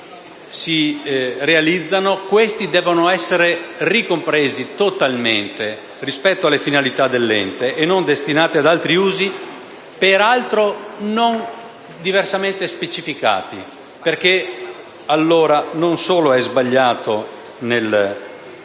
si realizzano, questi devono essere ricompresi totalmente nelle finalità dell'ente e non destinati ad altri usi, peraltro non diversamente specificati. Il testo arrivato in